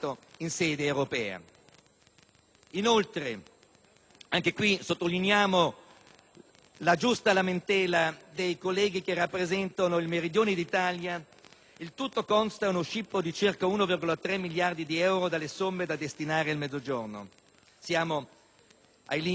Inoltre (anche qui sottolineiamo la giusta lamentela dei colleghi che rappresentano il Meridione d'Italia), il tutto consta nello scippo di circa 1,3 miliardi di euro dalle somme da destinare al Mezzogiorno: siamo ai limiti del sostenibile.